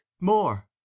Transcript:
more